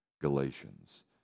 Galatians